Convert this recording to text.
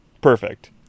perfect